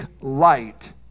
light